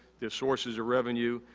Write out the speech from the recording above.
their sources of revenue,